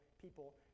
people